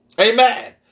Amen